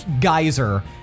Geyser